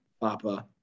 Papa